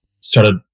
started